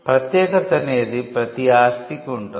ప్రత్యేకత అనేది ప్రతీ ఆస్తికి ఉంటుంది